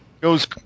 goes